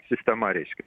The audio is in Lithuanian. sistema reiškias